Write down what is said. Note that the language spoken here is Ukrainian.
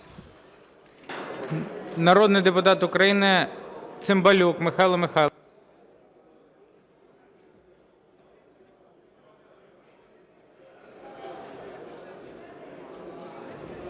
Народний депутат України Цимбалюк Михайло Михайлович.